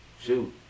Shoot